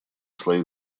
слои